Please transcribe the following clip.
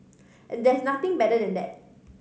and there's nothing better than that